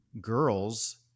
girls